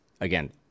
again